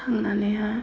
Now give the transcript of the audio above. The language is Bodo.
थांनानैहाय